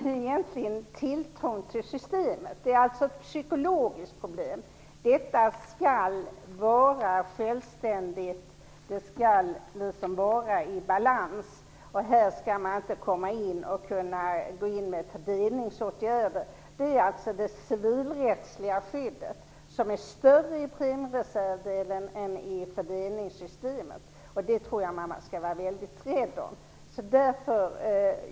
Herr talman! Det finns ett stort problem, nämligen tilltron till systemet. Det är alltså ett psykologiskt problem. Detta skall vara självständigt, det skall vara i balans. Här skall man inte gå in med fördelningsåtgärder. Det gäller alltså det civilrättsliga skyddet, som är större i premiereservdelen än i fördelningssystemet. Det skall man vara väldigt rädd om.